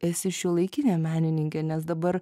esi šiuolaikinė menininkė nes dabar